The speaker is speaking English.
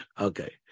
okay